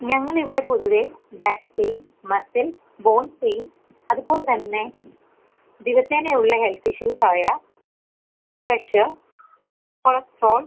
ഞങ്ങൾ ഇവിടെ പൊതുവേ back pain muscle bone pain അതുപോലെ തന്നെ ദിവസേനയുള്ള ഹെൽത്ത് ഇഷ്യൂസ് ആയ പ്രഷർ കൊളസ്ട്രോൾ